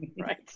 Right